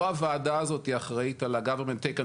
לא הוועדה הזאת היא אחראית על ה- government takeהנוכחי.